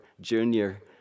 junior